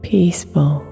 Peaceful